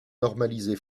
normalisé